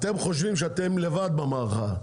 אתם חושבים שאתם לבד במערכה.